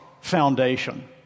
foundation